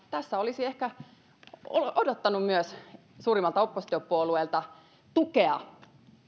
tässä olisi ehkä odottanut myös suurimmalta oppositiopuolueelta tukea